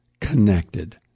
connected